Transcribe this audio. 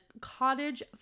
Cottage